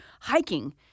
hiking